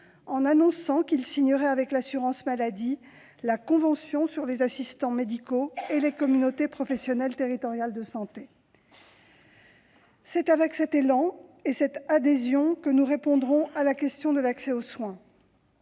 en annonçant qu'il signerait avec l'assurance maladie la convention sur les assistants médicaux et les communautés professionnelles territoriales de santé. C'est avec cet élan et cette adhésion que nous répondrons à la question de l'accès aux soins.